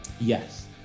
Yes